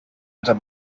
alter